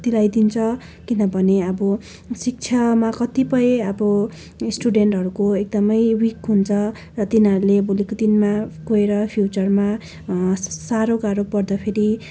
दिलाइदिन्छ किनभने अब शिक्षामा कतिपय अब स्टुडेन्टहरूको एकदमै विक हुन्छ र तिनीहरूले भोलिको दिनमा गएर फ्युचरमा साह्रो गाह्रो पर्दाखेरि